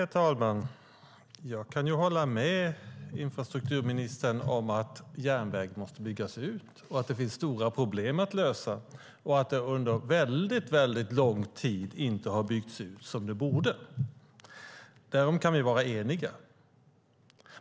Herr talman! Jag kan hålla med infrastrukturministern om att järnvägen måste byggas ut, att det finns stora problem att lösa och att den under väldigt lång tid inte har byggts ut som den borde. Därom kan vi vara eniga.